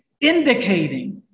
indicating